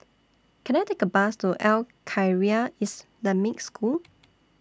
Can I Take A Bus to Al Khairiah Islamic School